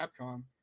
Capcom